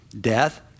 Death